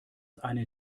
eine